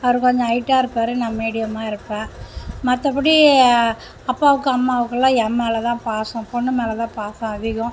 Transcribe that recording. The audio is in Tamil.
அவர் கொஞ்சம் ஹைட்டாக இருப்பார் நான் மீடியமாக இருப்பேன் மற்றபடி அப்பாவுக்கு அம்மாவுக்கெல்லாம் என் மேலேதான் பாசம் பொண்ணு மேலே தான் பாசம் அதிகம்